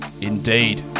Indeed